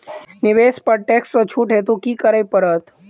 निवेश पर टैक्स सँ छुट हेतु की करै पड़त?